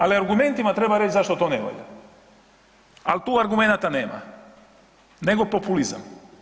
Ali argumentima treba reć zašto to ne valja, al tu argumenata nema, nego populizam.